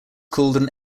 called